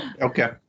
Okay